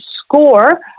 score